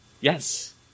Yes